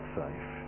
safe